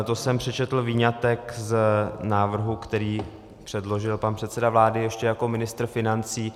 To jsem přečetl výňatek z návrhu, který předložil pan předseda vlády ještě jako ministr financí.